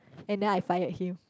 and then I fired him